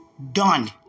done